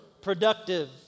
productive